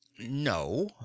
no